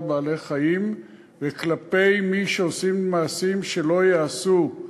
בעלי-חיים וכלפי מי שעושים מעשים שלא ייעשו,